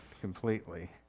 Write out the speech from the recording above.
completely